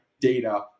data